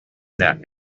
net